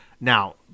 now